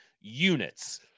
units